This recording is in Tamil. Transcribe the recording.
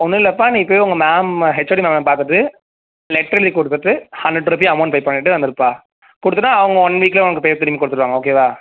ஒன்னுமில்லப்பா நீ இப்போவே உங்கள் மேம் ஹெச்ஓடி மேமை பார்த்துட்டு லெட்டர் எழுதி கொடுத்துட்டு ஹண்ட்ரெட் ருபி அமௌண்ட் பே பண்ணிவிட்டு வந்துவிடுப்பா கொடுத்துட்டா அவங்க ஒன் வீக்கில் உங்களுக்கு பேர் திரும்பி கொடுத்துடுவாங்க ஓகேவா